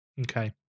Okay